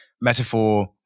metaphor